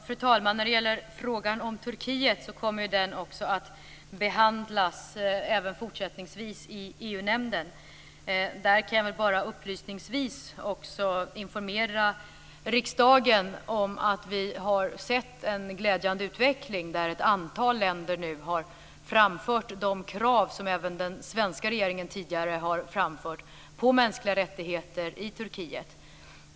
Fru talman! Frågan om Turkiet kommer att behandlas även fortsättningsvis i EU-nämnden. Där kan jag upplysningsvis informera riksdagen om att vi har sett en glädjande utveckling där ett antal länder har framfört de krav som även den svenska regeringen tidigare framfört om mänskliga rättigheter i Turkiet.